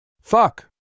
Fuck